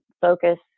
focus